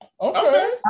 Okay